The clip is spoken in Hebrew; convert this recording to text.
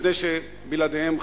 מפני שבלעדיהן,